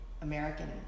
American